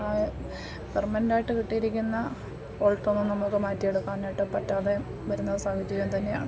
ആ പെർമനന്റായിട്ട് കിട്ടിയിരിക്കുന്ന കുഴപ്പമൊന്നും നമുക്ക് മാറ്റിയെടുക്കാനായിട്ട് പറ്റാതെ വരുന്ന സാഹചര്യം തന്നെയാണ്